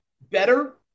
better